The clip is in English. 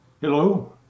Hello